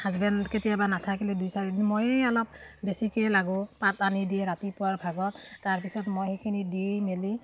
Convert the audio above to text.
husband কেতিয়াবা নাথাকিলে দুই চাৰিদিন ময়ে অলপ বেছিকৈ লাগোঁ পাত আনি দিয়ে ৰাতিপুৱাৰ ভাগত তাৰ পিছত মই সেইখিনি দি মেলি